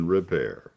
Repair